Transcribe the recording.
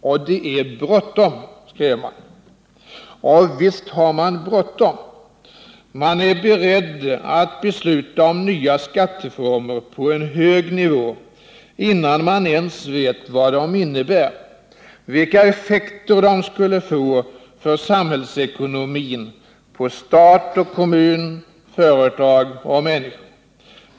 Och det är bråttom, skrev man. Och visst har man bråttom! Man är beredd att besluta om nya skatteformer på en hög nivå innan man ens vet vad de innebär, vilka effekter de skulle få på samhällsekonomin, på stat och kommun, på företag och människor.